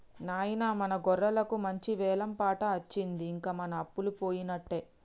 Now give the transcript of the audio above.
నాయిన మన గొర్రెలకు మంచి వెలం పాట అచ్చింది ఇంక మన అప్పలు పోయినట్టే